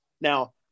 Now